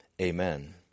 Amen